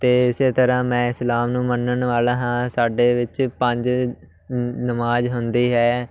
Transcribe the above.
ਅਤੇ ਇਸ ਤਰ੍ਹਾਂ ਮੈਂ ਇਸਲਾਮ ਨੂੰ ਮੰਨਣ ਵਾਲਾ ਹਾਂ ਸਾਡੇ ਵਿੱਚ ਪੰਜ ਨ ਨਮਾਜ ਹੁੰਦੀ ਹੈ